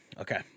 Okay